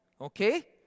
okay